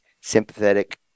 sympathetic